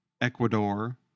Ecuador